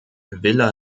villa